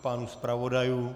I pánů zpravodajů?